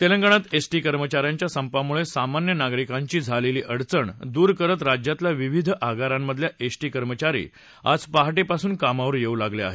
तेलंगणात एसटी कर्मचा यांच्या संपामुळे सामान्य नागरिकांची झालेली अडचण दूर करत राज्यातल्या विविध आगारांमधले एसटी कर्मचारी आज पहाटेपासून कामावर येऊ लागले आहेत